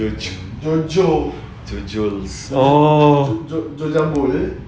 jo jo orh